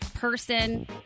person